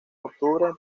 octubre